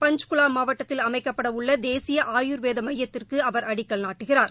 பள்ச்குவா மாவட்டத்தில் அமைக்கப்படவுள்ள தேசிய ஆயுர்வேத மையத்திற்கு அவர் அடக்கல் நாட்டுகிறார்